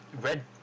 red